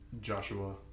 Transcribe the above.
Joshua